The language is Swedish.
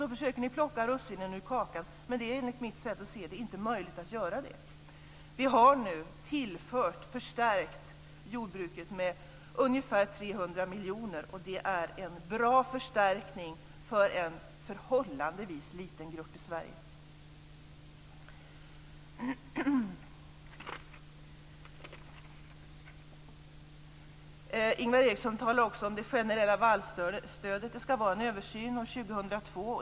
Så försöker ni plocka russinen ur kakan, men det är enligt mitt sätt att se inte möjligt att göra så. Vi har nu förstärkt jordbruket med ungefär 300 miljoner, och det är en bra förstärkning för en förhållandevis liten grupp i Sverige. Ingvar Eriksson talar också om det generella vallstödet. Det ska vara en översyn år 2002.